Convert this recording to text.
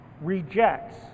rejects